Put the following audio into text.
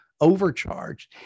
overcharged